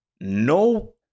No